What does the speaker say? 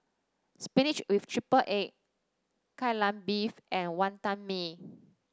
Spinach with triple egg Kai Lan Beef and Wantan Mee